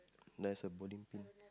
there's a bowling pin